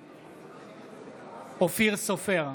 בעד אופיר סופר,